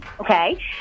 okay